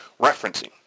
referencing